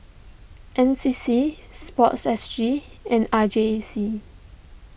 N C C Sport S G and R J C